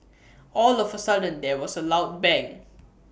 all of A sudden there was A loud bang